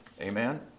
Amen